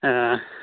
ꯑꯪ